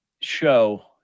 show